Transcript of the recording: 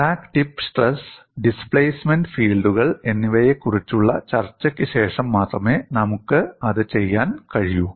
crack tip stress displacement ഫീൽഡുകൾ എന്നിവയെക്കുറിച്ചുള്ള ചർച്ചയ്ക്ക് ശേഷം മാത്രമേ നമുക്ക് അത് ചെയ്യാൻ കഴിയൂ